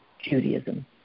Judaism